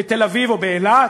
בתל-אביב או באילת